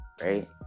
right